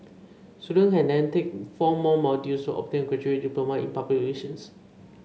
student can then take four more modules to obtain a graduate diploma in public relations